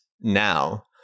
now